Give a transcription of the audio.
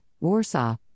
Warsaw